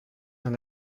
dans